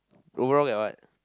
overall get what